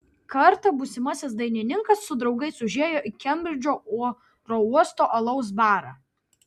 kartą būsimasis dainininkas su draugais užėjo į kembridžo oro uosto alaus barą